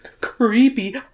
Creepy